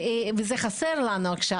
וזה חסר לנו עכשיו.